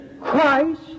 Christ